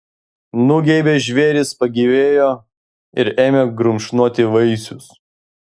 nugeibę žvėrys pagyvėjo ir ėmė grumšnoti vaisius